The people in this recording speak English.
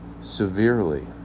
severely